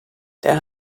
there